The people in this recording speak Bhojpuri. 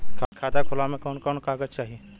खाता खोलेला कवन कवन कागज चाहीं?